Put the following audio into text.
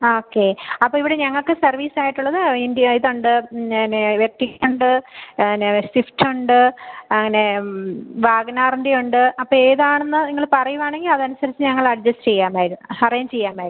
okay അപ്പോൾ ഇവിടെ ഞങ്ങൾക്ക് സർവീസായിട്ടുള്ളത് ഇൻഡിക്ക ഇതുണ്ട് പിന്നെ ഉണ്ട് പിന്നെ സ്വിഫ്റ്റുണ്ട് അങ്ങനെ വാഗണറിൻ്റെയുണ്ട് അപ്പോൾ ഏതാണെന്ന് നിങ്ങള് പറയുവാണെങ്കിൽ അതനുസരിച്ച് ഞങ്ങൾ അഡ്ജസ്റ്റ് ചെയ്യാമായിരുന്നു അറേഞ്ച് ചെയ്യാമായിരുന്നു